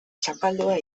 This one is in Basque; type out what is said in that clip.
zapaldua